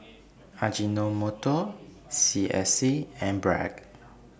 Ajinomoto S C S and Bragg